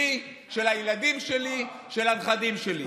שלי, של הילדים שלי, של הנכדים שלי.